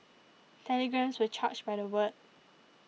telegrams were charged by the word